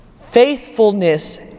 Faithfulness